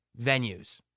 venues